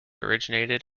originated